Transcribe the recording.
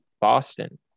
Boston